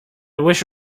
wish